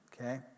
Okay